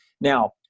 Now